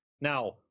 now